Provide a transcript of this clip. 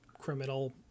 criminal